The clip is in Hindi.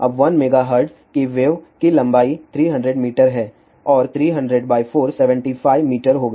अब 1 मेगाहर्ट्ज की वेव की लंबाई 300 मीटर है और 3004 75 मीटर होगा